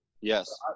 Yes